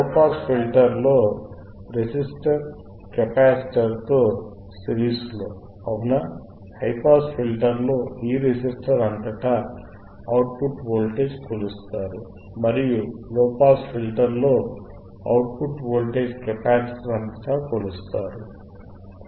low pass ఫిల్టర్లో resistor కెపాసిటర్తో సిరీస్లో అవునా హైపాస్ ఫిల్టర్ లో ఈ రెసిస్టర్ అంతటా అవుట్ పుట్ వోల్టేజ్ కొలుస్తారు మరియు లోపాస్ ఫిల్టర్ లో అవుట్ పుట్ వోల్టేజ్ కెపాసిటర్ అంతటా కొలుస్తారు కుడి